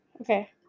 okay